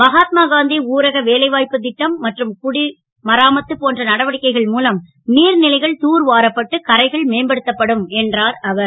மகாத்மா காந் ஊரக வேலைவா ப்புத் ட்டம் மற்றும் குடிமராமத்து போன்ற நடவடிக்கைகள் மூலம் நீர் லைகள் தூர் வாரப்பட்டு கரைகள் மேம்படுத்தப்படும் என்றார் அவர்